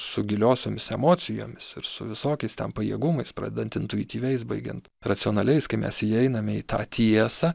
su giliosiomis emocijomis ir su visokiais ten pajėgumais pradedant intuityviais baigiant racionaliais kai mes įeiname į tą tiesą